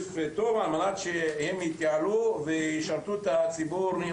כסף טוב על מנת שהם יתייעלו וישרתו את הציבור.